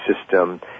system